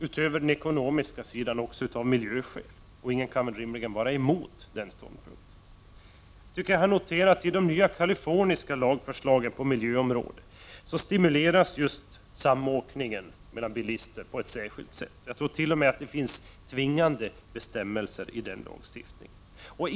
Utöver ekono miska skäl bör det självklart ske också av miljöskäl. Ingen kan väl vara emot en sådan stimulans. I de nya kaliforniska lagförslagen på miljöområdet stimuleras just samåkningi bilar på ett markant sätt. Jag tror t.o.m. att det finns tvingande bestämmelser i lagstiftningen.